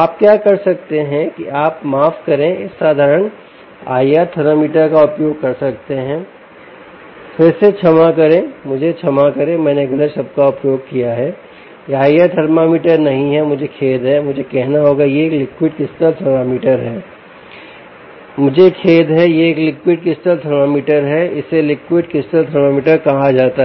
आप क्या कर सकते हैं कि आप माफ करें इस साधारण IR थर्मामीटर का उपयोग कर सकते हैं फिर से क्षमा करें मुझे क्षमा करें मैंने गलत शब्द का उपयोग किया है यह आईआर थर्मामीटर नहीं है मुझे खेद है मुझे कहना होगा कि यह एक लिक्विड क्रिस्टल थर्मामीटर है मुझे खेद है यह एक लिक्विड क्रिस्टल थर्मामीटर है इसे लिक्विड क्रिस्टल थर्मामीटर कहा जाता है